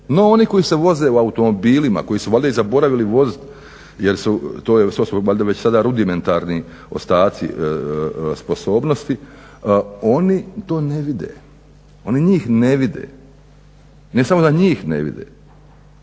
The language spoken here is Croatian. No, oni koji se voze u automobilima, koji su valjda i zaboravili voziti jer su, to su valjda već sada rudimentarni ostaci sposobnosti. Oni to ne vide. Oni njih ne vide. Ne samo da njih ne vide,